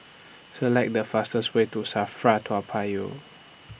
Select The fastest Way to SAFRA Toa Payoh